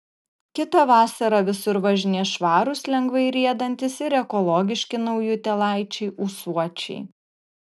kitą vasarą visur važinės švarūs lengvai riedantys ir ekologiški naujutėlaičiai ūsuočiai